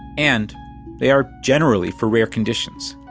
and they are generally for rare conditions.